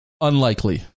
unlikely